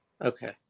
Okay